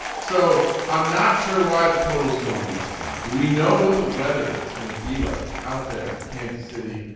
so i'm not sure why the totals going up sean. do we know what the weather is going to be like out there in kansas city.